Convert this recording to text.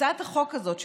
הצעת החוק הזאת,